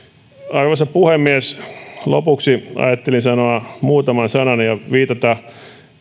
arvoisa puhemies lopuksi ajattelin sanoa muutaman sanan ja viitata